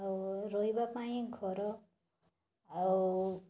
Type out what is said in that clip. ଆଉ ରହିବା ପାଇଁ ଘର ଆଉ